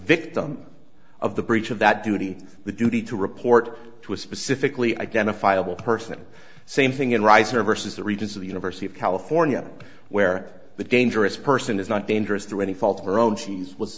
victim of the breach of that duty the duty to report to a specifically identifiable person same thing in rise or versus the regions of the university of california where the dangerous person is not dangerous through any fault of her own she's was